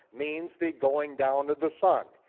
means the going down of the sun.